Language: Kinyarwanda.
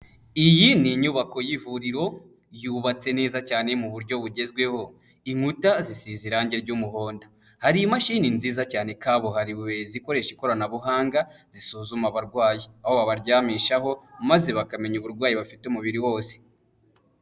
Iyi ni inyubako y'ivuriro yubatse neza cyane mu buryo bugezweho, inkuta zisize irangi ry'umuhondo, hari imashini nziza cyane kabuhariwe zikoresha ikoranabuhanga zisuzuma abarwayi aho babaryamishaho maze bakamenya uburwayi bafite umubiri wose.